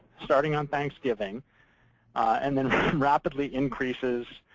starting on thanksgiving and then rapidly increases.